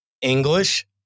English